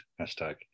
hashtag